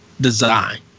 design